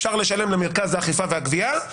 אפשר לשלם למרכז האכיפה והגבייה.